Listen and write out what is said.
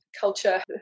culture